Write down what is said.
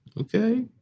Okay